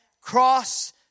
Cross